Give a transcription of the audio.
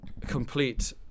complete